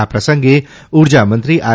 આ પ્રસંગે ઉર્જામંત્રી આર